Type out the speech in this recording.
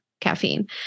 caffeine